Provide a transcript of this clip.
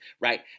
right